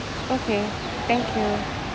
okay thank you